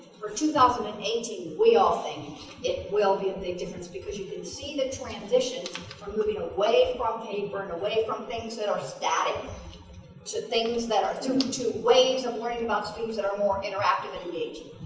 for two thousand and eighteen we all think it will be a big difference because you can see the transition from moving away from paper and away from things that are static to things that are to to ways of learning and about students that are more interactive and engaging